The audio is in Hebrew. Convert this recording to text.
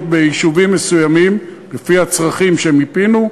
ביישובים מסוימים לפי הצרכים שמיפינו.